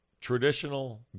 traditional